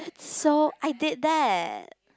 so I did that